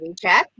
WeChat